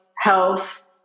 health